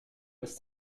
ist